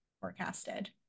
forecasted